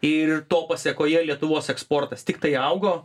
ir to pasėkoje lietuvos eksportas tiktai augo